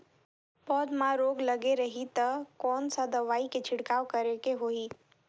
पौध मां रोग लगे रही ता कोन सा दवाई के छिड़काव करेके होही?